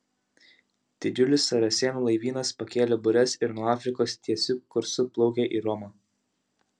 didžiulis saracėnų laivynas pakėlė bures ir nuo afrikos tiesiu kursu plaukia į romą